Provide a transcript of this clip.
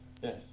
Yes